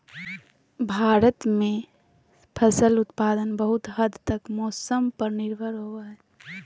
भारत में फसल उत्पादन बहुत हद तक मौसम पर निर्भर होबो हइ